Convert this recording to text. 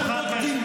רד מהדוכן.